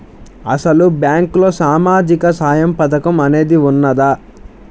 అసలు బ్యాంక్లో సామాజిక సహాయం పథకం అనేది వున్నదా?